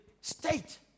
state